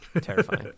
Terrifying